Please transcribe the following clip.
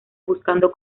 buscando